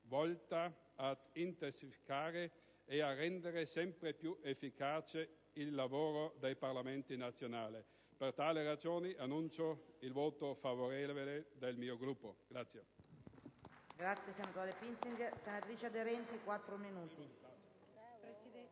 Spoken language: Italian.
volta ad intensificare e a rendere sempre più efficace il lavoro dei Parlamenti nazionali. Per tali ragioni, annuncio il voto favorevole del mio Gruppo.